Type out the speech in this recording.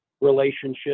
relationship